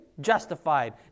Justified